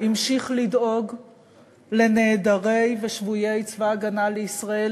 המשיך לדאוג לנעדרי ולשבויי צבא הגנה לישראל,